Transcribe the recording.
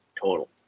total